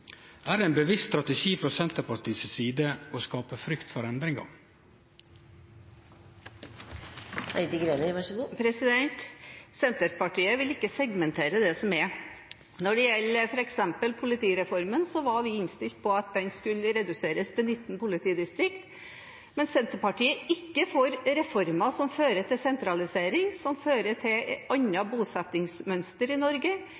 Er det ein bevisst strategi frå Senterpartiet si side å skape frykt for endringar? Senterpartiet vil ikke segmentere det som er. Når det gjelder f.eks. politireformen, var vi innstilt på at det skulle reduseres til 19 politidistrikt, men Senterpartiet er ikke for reformer som fører til sentralisering, som fører til et annet bosetningsmønster i